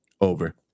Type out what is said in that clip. Over